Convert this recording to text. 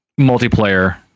multiplayer